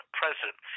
president